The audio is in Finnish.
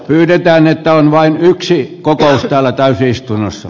pyydetään että on vain yksi kokous täällä täysistunnossa